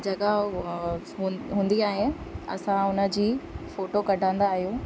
जॻह हूंदी आहे असां हुनजी फोटो कढंदा आहियूं